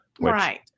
Right